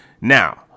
Now